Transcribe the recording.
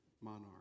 monarch